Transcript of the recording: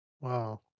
Wow